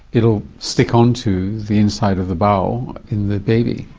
it will stick onto the inside of the bowel in the baby.